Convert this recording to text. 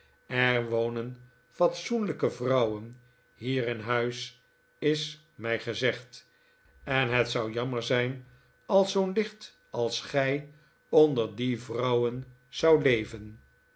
er wonen fatsoenlijke vrouwen hier in huis is mij gezegd en het zou jammer zijn dat zoo'n licht als gij onder die vrouwen zou leven